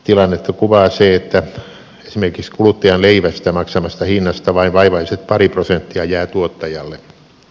tilannetta kuvaa se että esimerkiksi kuluttajan leivästä maksamasta hinnasta vain vaivaiset pari prosenttia jää tuottajalle